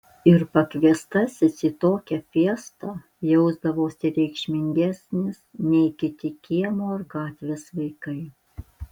ir pakviestasis į tokią fiestą jausdavosi reikšmingesnis nei kiti kiemo ar gatvės vaikai